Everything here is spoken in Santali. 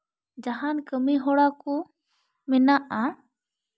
ᱡᱟᱦᱟᱱ ᱠᱟᱹᱢᱤᱦᱚᱨᱟ ᱠᱚ ᱢᱮᱱᱟᱜᱼᱟ